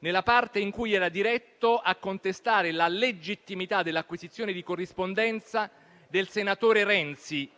nella parte in cui era diretto a contestare la legittimità dell'acquisizione di corrispondenza del senatore Renzi,